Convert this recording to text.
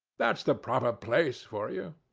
that's the proper place for you.